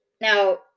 Now